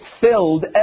filled